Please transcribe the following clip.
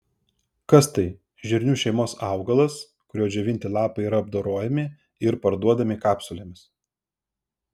kas tai žirnių šeimos augalas kurio džiovinti lapai yra apdorojami ir parduodami kapsulėmis